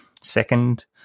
second